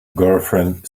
girlfriend